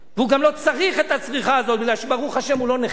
והוא גם לא צריך את הצריכה הזאת כי ברוך השם הוא לא נכה.